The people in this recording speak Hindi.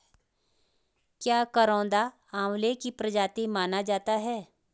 क्या करौंदा आंवले की प्रजाति माना जाता है?